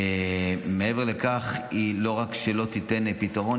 מעבר לכך שהיא לא רק שלא תיתן פתרון,